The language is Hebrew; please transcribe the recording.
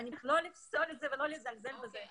אסור לפסול את זה ולא לזלזל בזה,